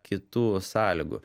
kitų sąlygų